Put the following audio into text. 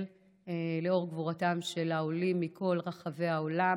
לאור גבורתם של העולים מכל רחבי העולם,